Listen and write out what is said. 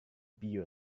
beer